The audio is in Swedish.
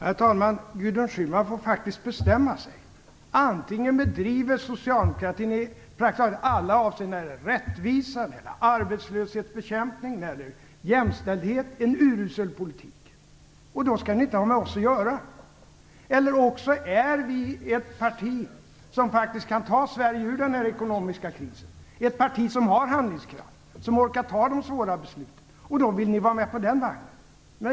Fru talman! Gudrun Schyman får faktiskt bestämma sig, antingen bedriver socialdemokratin i praktiskt taget alla avseenden, när det gäller rättvisa, när det gäller arbetslöshetsbekämpning, när det gäller jämställdhet en urusel politik. Då skall ni inte ha med oss att göra. Eller också är vi ett parti som faktiskt kan ta Sverige ur den här ekonomiska krisen, ett parti som har handlingskraft, som orkar ta de svåra besluten, och då vill ni vara med på den vagnen.